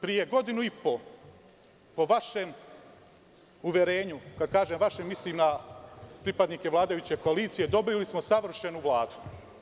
Pre godinu i po, po vašem uverenju, kada kažem vašem mislim na pripadnike vladajuće koalicije, dobili smo savršenu Vladu.